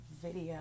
video